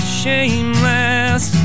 shameless